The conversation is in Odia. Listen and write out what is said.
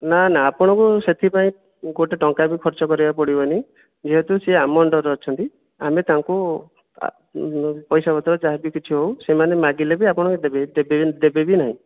ନା ନା ଆପଣଙ୍କୁ ସେଥିପାଇଁ ଗୋଟେ ଟଙ୍କା ବି ଖର୍ଚ୍ଚ କରିବାକୁ ପଡ଼ିବନି ଯେହେତୁ ସେ ଆମ ଅଣ୍ଡର୍ରେ ଅଛନ୍ତି ଆମେ ତାଙ୍କୁ ପଇସା ପତ୍ର ଯାହା ବି କିଛି ହେଉ ସେମାନେ ମାଗିଲେ ବି ଆପଣ ଦେବେ ଦେବେ ଦେବେ ବି ନାହିଁ